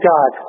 God